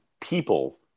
people